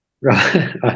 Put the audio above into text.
Right